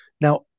Now